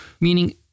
Meaning